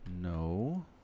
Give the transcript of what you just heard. No